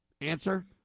Answer